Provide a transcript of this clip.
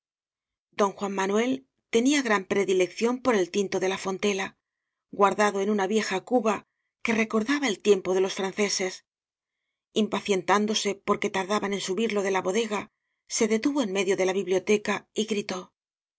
don juan manuel tenía gran predilección por el tinto de la fontela guardado en una vieja cuba que recordaba el tiempo de los franceses impacientándose porque tardaban en subirlo de la bodega se detuvo en medio de la bi blioteca y gritó